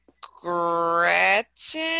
Gretchen